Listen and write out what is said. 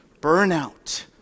burnout